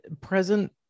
present